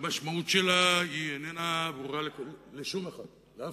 שהמשמעות שלה איננה ברורה לאף אחד.